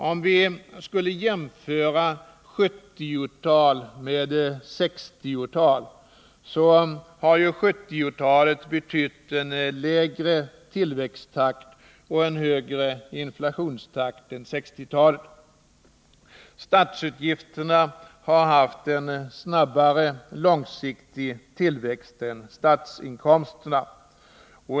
Om vi jämför 1970-talet med 1960-talet måste vi säga att 1970-talet har betytt en lägre tillväxttakt och en högre inflationstakt än 1960-talet. Statsutgifterna har haft en snabbare långsiktig tillväxt än statsinkomsterna.